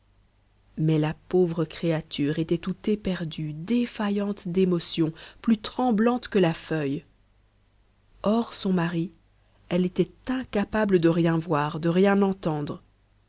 mais la pauvre créature était tout éperdue défaillante d'émotion plus tremblante que la feuille hors son mari elle était incapable de rien voir de rien entendre